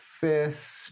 fist